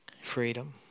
freedom